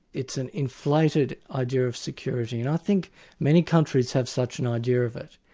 it's an inflated idea of security and i think many countries have such an idea of it.